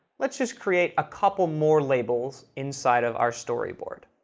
let's just create a couple more labels inside of our storyboard.